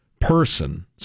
person